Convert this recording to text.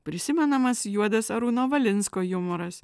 prisimenamas juodas arūno valinsko jumoras